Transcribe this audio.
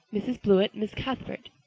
mrs. blewett, miss cuthbert.